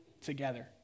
together